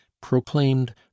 proclaimed